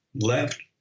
left